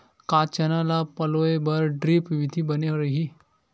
का चना ल पलोय बर ड्रिप विधी बने रही?